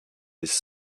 has